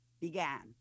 began